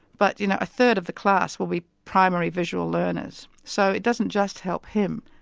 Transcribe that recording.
but you know a third of the class will be primarily visual learners so it doesn't just help him,